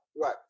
Right